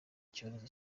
icyorezo